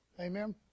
Amen